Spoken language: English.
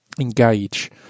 engage